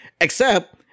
Except-